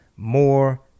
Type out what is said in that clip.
more